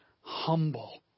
humble